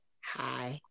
Hi